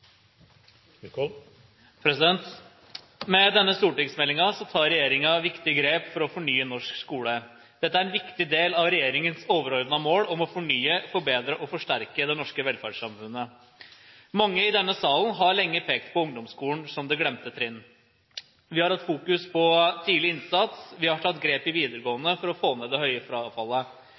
Med denne stortingsmeldingen tar regjeringen viktige grep for å fornye norsk skole. Dette er en viktig del av regjeringens overordnede mål om å fornye, forbedre og forsterke det norske velferdssamfunnet. Mange i denne salen har lenge pekt på ungdomsskolen som det glemte trinn. Vi har fokusert på tidlig innsats, vi har tatt grep i videregående for å få ned det høye frafallet,